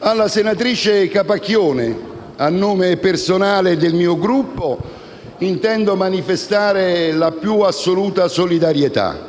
Alla senatrice Capacchione, a nome mio personale e del Gruppo, intendo manifestare la più assoluta solidarietà